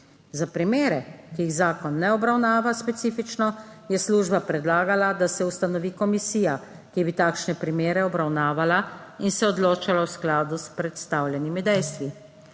Za primere, ki jih zakon ne obravnava specifično, je služba predlagala, da se ustanovi komisija, ki bi takšne primere obravnavala in se odločala v skladu s predstavljenimi dejstvi.